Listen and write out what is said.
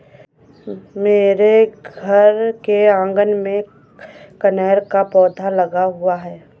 मेरे घर के आँगन में कनेर का पौधा लगा हुआ है